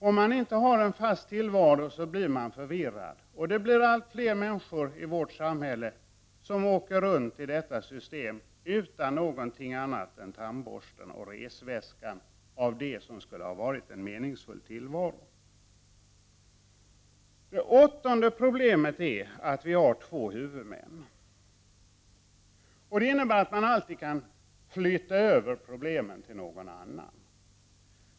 Om man inte har en fast tillvaro blir man förvirrad, och det blir allt fler människor i vårt samhälle som åker runt i detta system utan någonting annat än tandborsten och resväskan i det som skulle ha varit en meningsfull tillvaro. Det åttonde problemet är att vi har två huvudmän. Det innebär att man alltid kan flytta över problemen till någon annan.